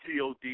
TOD